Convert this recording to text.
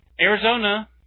Arizona